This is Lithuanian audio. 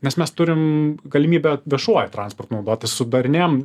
nes mes turim galimybę viešuoju transportu naudotis sudarinėjam